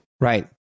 Right